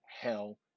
hell